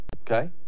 okay